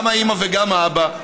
גם האימא וגם האבא,